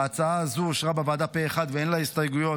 ההצעה הזו אושרה בוועדה פה אחד ואין לה הסתייגויות.